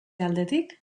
aldetik